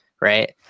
Right